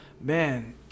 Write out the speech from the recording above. Man